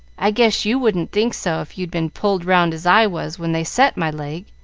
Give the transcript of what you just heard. i guess you wouldn't think so if you'd been pulled round as i was when they set my leg.